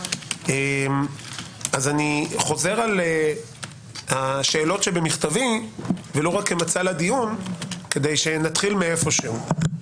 אז אני חוזר על השאלות שבמכתבי ולא רק כמצע לדיון כדי שנתחיל איפשהו.